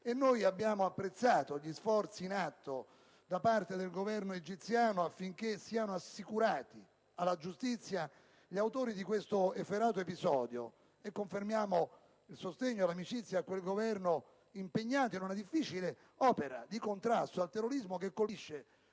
Noi apprezziamo gli sforzi in atto del Governo egiziano affinché siano assicurati alla giustizia gli autori di questo efferato episodio e confermiamo il sostegno e l'amicizia a quel Governo impegnato in una difficile opera di contrasto al terrorismo che colpisce